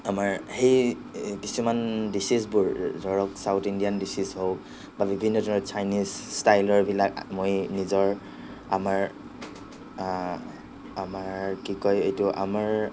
আমাৰ সেই কিছুমান ডিচেচবোৰ ধৰক চাউথ ইণ্ডিয়ান ডিচেচ হওক বা বিভিন্ন ধৰণৰ চাইনিজ ষ্টাইলৰবিলাক মই নিজৰ আমাৰ আমাৰ কি কয় এইটো আমাৰ